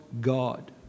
God